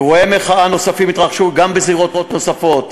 אירועי מחאה נוספים התרחשו גם בזירות נוספות.